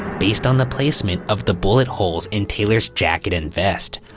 based on the placement of the bullet holes in taylor's jacket and vest,